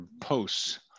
posts